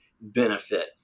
benefit